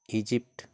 Egypt